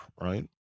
right